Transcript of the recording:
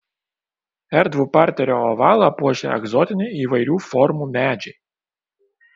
erdvų parterio ovalą puošia egzotiniai įvairių formų medžiai